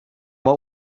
what